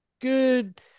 good